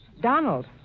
Donald